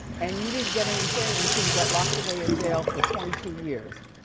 and you didn't get any fame until you got locked away in jail for twenty two years.